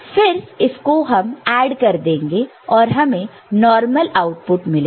फिर इसको हम ऐड कर देंगे और हमें नॉर्मल आउटपुट मिलेगा